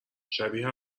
شبیه